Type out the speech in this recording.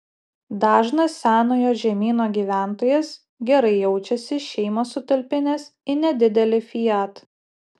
dažnas senojo žemyno gyventojas gerai jaučiasi šeimą sutalpinęs į nedidelį fiat